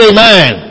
Amen